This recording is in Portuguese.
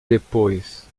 depois